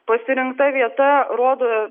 pasirinkta vieta rodo